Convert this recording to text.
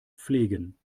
pflegen